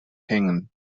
hängen